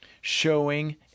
showing